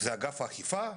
זה אגף האכיפה,